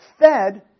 fed